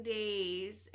days